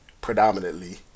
predominantly